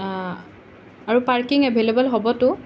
আৰু parking available হ'বতো